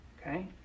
Okay